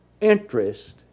interest